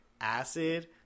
acid